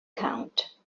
count